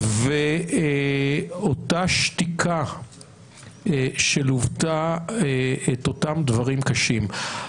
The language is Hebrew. אותה שתיקה שליוותה את אותם דברים קשים.